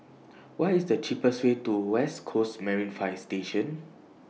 What IS The cheapest Way to West Coast Marine Fire Station